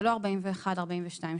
ולא 41 או 42 שעות.